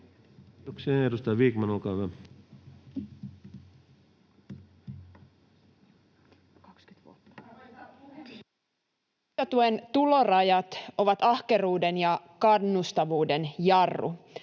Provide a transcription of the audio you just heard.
— Ja edustaja Vikman, olkaa hyvä.